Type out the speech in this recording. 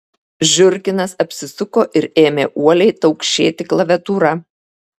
žiurkinas apsisuko ir ėmė uoliai taukšėti klaviatūra